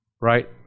right